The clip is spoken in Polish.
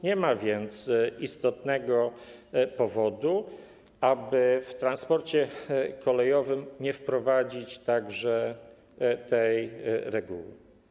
Nie ma więc istotnego powodu, aby w transporcie kolejowym nie wprowadzić także tej reguły.